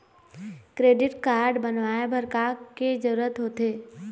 Credit card बनवाए बर का के जरूरत होते?